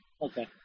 okay